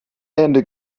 ende